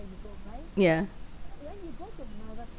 yeah